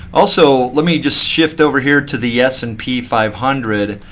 also, let me just shift over here to the s and p five hundred.